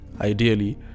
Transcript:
ideally